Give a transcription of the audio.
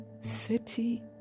City